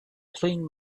cleaned